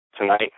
tonight